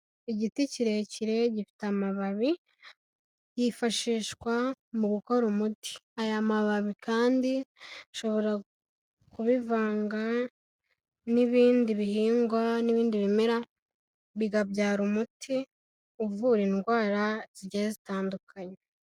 Igiti kirekire gifite amababi yifashishwa mu gukora umuti, aya mababi kandi ashobora kubivanga n'ibindi bihingwa n'ibindi bimera bikabyara umuti uvura indwara zigiye zitandukanye.